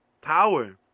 power